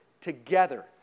together